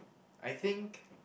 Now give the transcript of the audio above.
I think